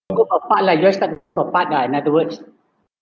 go apart lah you guys start to go apart lah in other words